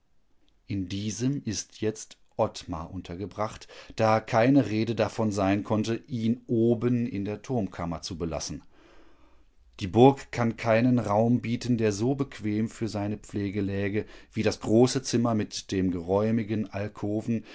in diesem ist jetzt ottmar untergebracht da keine rede davon sein konnte ihn oben in der turmkammer zu belassen die burg kann keinen raum bieten der so bequem für seine pflege läge wie das große zimmer mit dem geräumigen alkoven